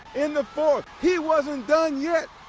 in the fourth, he wasn't done yet.